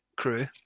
crew